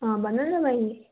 अँ भन न बहिनी